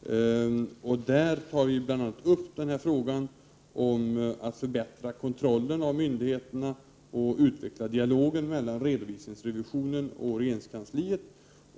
Där skall bl.a. tas upp frågan om att förbättra kontrollen av myndigheterna och att utveckla dialogen mellan redovisningsrevisionen och regeringskansliet.